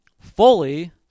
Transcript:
fully